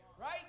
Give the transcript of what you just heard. Right